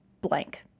blank